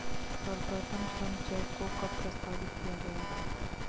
सर्वप्रथम श्रम चेक को कब प्रस्तावित किया गया था?